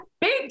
big